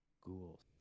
ghouls